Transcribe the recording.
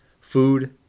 Food